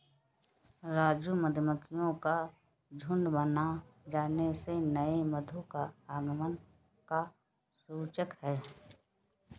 राजू मधुमक्खियों का झुंड बन जाने से नए मधु का आगमन का सूचक है